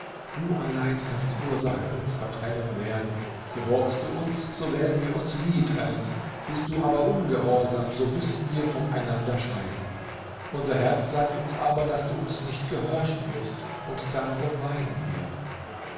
du allein kannst ursache unsrer trennung werden gehorchst du uns so werden wir uns nie trennen bist du aber ungehorsam so müssen wir von einander scheiden unser herz sagt uns aber daß du uns nicht gehorchen wirst und darum weinen wir